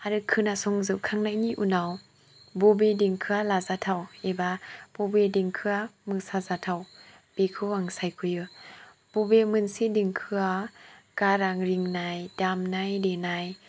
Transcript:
आरो खोनासं जोबखांनायनि उनाव बबे देंखोआ लाजाथाव बा बबे देंखोआ मोसा जाथाव बिखौ आं सायख'यो बबे मोनसे देंखोआ गारां रिंनाय दामनाय देनाय